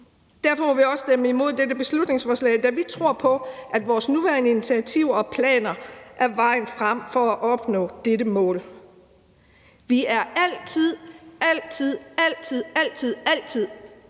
Derfor må vi også stemme imod dette beslutningsforslag. Vi tror på, at vores nuværende initiativer og planer er vejen frem for at opnå dette mål. Vi er altid – altid! – åbne